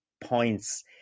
points